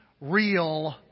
real